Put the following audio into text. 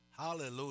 Hallelujah